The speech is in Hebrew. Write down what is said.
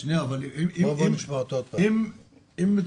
אני לא אמרתי שיש נוהל בין-משרדי.